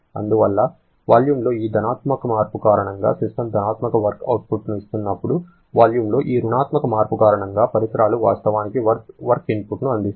అందువల్ల వాల్యూమ్లో ఈ ధనాత్మక మార్పు కారణంగా సిస్టమ్ ధనాత్మక వర్క్ అవుట్పుట్ ను ఇస్తున్నప్పుడు వాల్యూమ్లో ఈ రుణాత్మక మార్పు కారణంగా పరిసరాలు వాస్తవానికి వర్క్ ఇన్పుట్ ను అందిస్తాయి